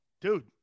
Dude